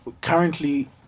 currently